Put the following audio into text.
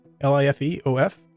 L-I-F-E-O-F